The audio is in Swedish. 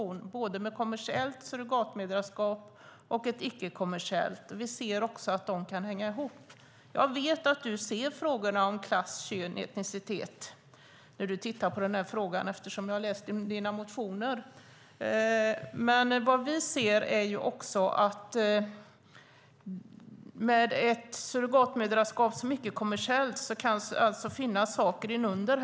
Det gäller både vid kommersiellt surrogatmödraskap och vid ett icke-kommersiellt. Vi ser också att de kan hänga ihop. Jag vet att du ser frågorna om klass, kön och etnicitet när du tittar på den här frågan eftersom jag har läst dina motioner. Vad vi ser är också att med ett surrogatmoderskap som är icke-kommersiellt kan det finnas saker inunder.